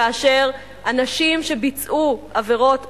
כאשר אנשים שביצעו עבירות דומות,